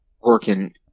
working